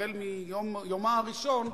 החל מיומה הראשון,